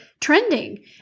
trending